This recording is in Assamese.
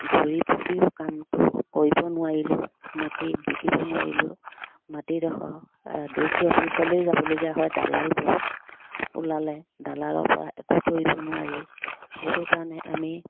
ঘূৰি ফুকিও কামটো কৰিব নোৱাৰিলোঁ মাটি বিকিব নোৱাৰিলোঁ মাটিডোখৰ ডি চি অফিচলৈয়ে যাবলগীয়া হয় দালাল বহুত ওলালে দালালৰপৰা একো কৰিব নোৱাৰি সেইটো কাৰণে আমি